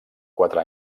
quatre